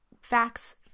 facts